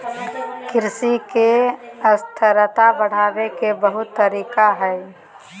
कृषि के स्थिरता बढ़ावे के बहुत तरीका हइ